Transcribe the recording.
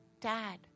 Dad